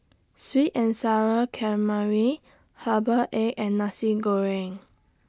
Sweet and Sour Calamari Herbal Egg and Nasi Goreng